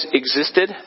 existed